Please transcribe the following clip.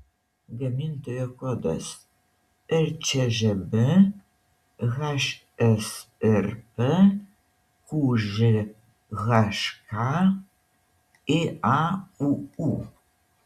gamintojo kodas rčžb hsrp qžhk ėauu